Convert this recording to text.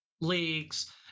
leagues